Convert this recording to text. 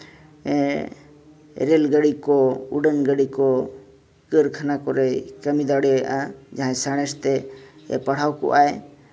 rail ᱜᱟᱹᱰᱤ ᱠᱚ ᱩᱰᱟᱹᱱ ᱜᱟᱹᱰᱤ ᱠᱚ ᱠᱟᱹᱨᱠᱷᱟᱱᱟ ᱠᱚᱨᱮᱫ ᱠᱟᱹᱢᱤ ᱫᱟᱲᱮᱭᱟᱜᱼᱟ ᱡᱟᱦᱟᱸᱭ ᱥᱟᱬᱮᱥ ᱛᱮ ᱯᱟᱲᱦᱟᱣ ᱠᱚᱜᱼᱟᱭ